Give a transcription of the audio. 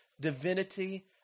divinity